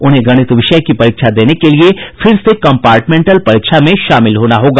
उन्हें गणित विषय की परीक्षा देने के लिए फिर से कंपार्टमेंटल परीक्षा में शामिल होना होगा